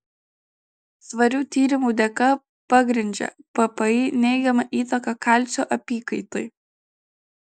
svarių tyrimų dėka pagrindžia ppi neigiamą įtaką kalcio apykaitai